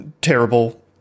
terrible